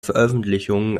veröffentlichungen